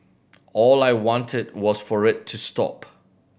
all I wanted was for it to stop